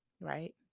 right